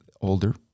older